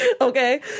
Okay